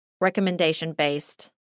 recommendation-based